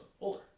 older